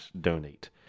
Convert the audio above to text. donate